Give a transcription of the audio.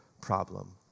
problem